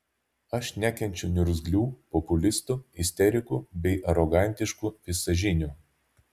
aš nekenčiu niurzglių populistų isterikų bei arogantiškų visažinių